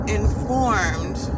informed